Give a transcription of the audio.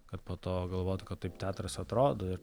kad po to galvotų kad taip teatras atrodo ir